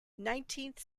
nineteenth